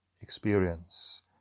experience